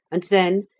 and then,